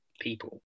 people